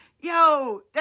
yo